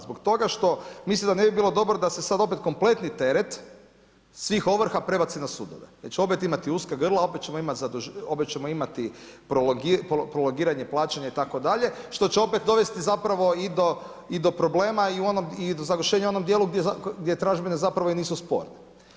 Zbog toga što mislim da ne bi bilo dobro da se sada opet kompletni teret svih ovrha prebaci na sudove jer opet ćemo imati uska grla, opet ćemo imati prolongiranje plaćanja itd. što će opet dovesti zapravo i do problema i do zagušenja u onom dijelu gdje tražbine zapravo i nisu sporne.